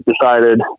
decided